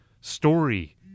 story